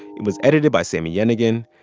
it was edited by sami yenigun.